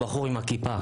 הבחור עם הכיפה.